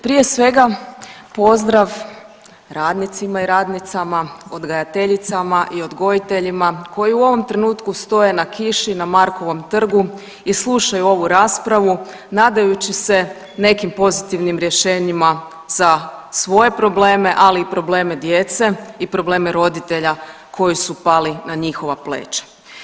Prije svega pozdrav radnicima i radnicama, odgajateljicama i odgojiteljima koji u ovom trenutku stoje na kiši na Markovom trgu i slušaju ovu raspravu nadajući se nekim pozitivnim rješenjima za svoje probleme ali i probleme djece i probleme roditelja koji su pali na njihova pleća.